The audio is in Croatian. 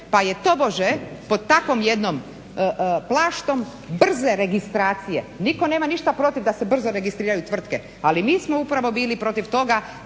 pa je tobože pod takvom jednom, plaštom, brze registracije, niko nema ništa protiv da se brzo registriraju tvrtke ali mi smo upravo bili protiv toga